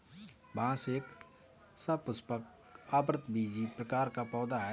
बांस एक सपुष्पक, आवृतबीजी प्रकार का पौधा है